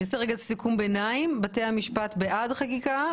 אני עושה רגע סיכום ביניים: בתי המשפט בעד חקיקה,